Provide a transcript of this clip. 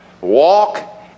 Walk